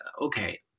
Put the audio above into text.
okay